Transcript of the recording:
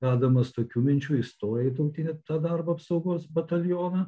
vedamas tokių minčių įstoja į tautinį tą darba apsaugos batalioną